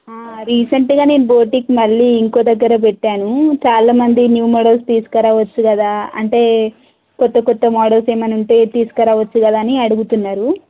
రీసెంట్గా నేను బోటిక్ మళ్ళీ ఇంకోక దగ్గర పెట్టాను చాలా మంది న్యూ మోడల్స్ తీసకరావచ్చు కదా అంటే కొత్త కొత్త మోడల్స్ ఏమన్నుంటే తీసకరావచ్చు కదా అని అడుగుతున్నారు